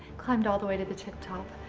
climbed all the way to the tip top.